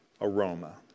aroma